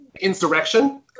insurrection